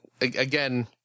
again